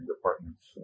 departments